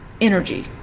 energy